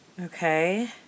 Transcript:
Okay